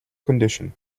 condition